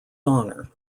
honour